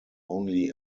only